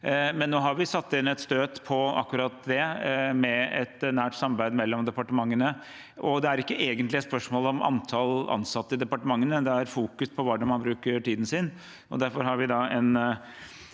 Nå har vi satt inn et støt på akkurat det, med et nært samarbeid mellom departementene. Det er ikke egentlig et spørsmål om antall ansatte i departementene, det er hvordan man bruker tiden sin,